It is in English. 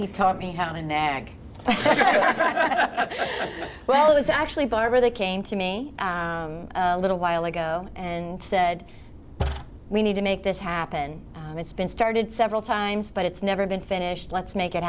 he taught me how to nag ok well it was actually barber they came to me a little while ago and said we need to make this happen it's been started several times but it's never been finished let's make it